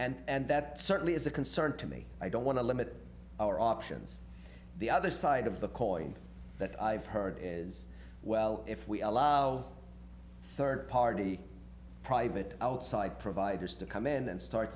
site and that certainly is a concern to me i don't want to limit our options the other side of the coin that i've heard is well if we allow third party private outside providers to come in and start